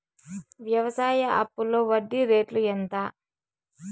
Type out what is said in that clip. వ్యవసాయ అప్పులో వడ్డీ రేట్లు ఎంత?